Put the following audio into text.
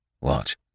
Watch